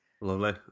Lovely